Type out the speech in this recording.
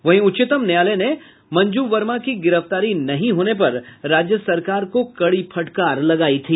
वहीं उच्चतम न्यायालय ने मंजू वर्मा की गिरफ्तारी नहीं होने पर राज्य सरकार को कड़ी फटकार लगायी थी